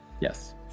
yes